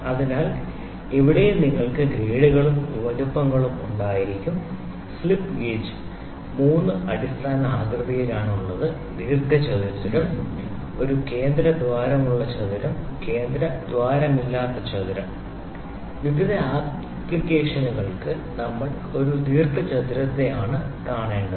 അതിനാൽ ഇവിടെയും നിങ്ങൾക്ക് ഗ്രേഡുകളും വലുപ്പങ്ങളും ഉണ്ടായിരിക്കും സ്ലിപ്പ് ഗേജുകൾ 3 അടിസ്ഥാന ആകൃതിയിലാണുള്ളത് ദീർഘചതുരം ഒരു കേന്ദ്ര ദ്വാരമുള്ള ചതുരം കേന്ദ്ര ദ്വാരമില്ലാത്ത ചതുരം വിവിധ ആപ്ലിക്കേഷനുകൾക്ക് നമ്മൾ ഒരു ദീർഘചതുര തരത്തെ ആണ് കാണേണ്ടത്